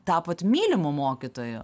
tapot mylimu mokytoju